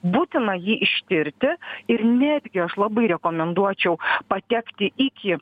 būtina jį ištirti ir netgi aš labai rekomenduočiau patekti iki